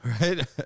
right